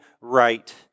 right